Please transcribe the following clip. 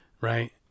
right